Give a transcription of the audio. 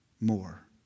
more